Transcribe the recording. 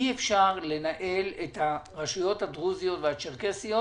אי אפשר לנהל את הרשויות הדרוזיות והצ'רקסיות